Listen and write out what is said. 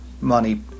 money